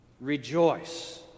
Rejoice